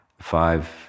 Five